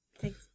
Thanks